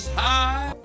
high